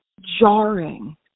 jarring